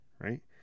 right